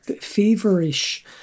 feverish